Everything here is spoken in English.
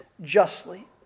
justly